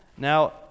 Now